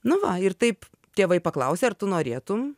nu va ir taip tėvai paklausė ar tu norėtum